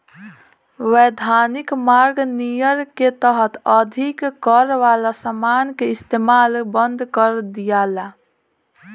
वैधानिक मार्ग नियर के तहत अधिक कर वाला समान के इस्तमाल बंद कर दियाला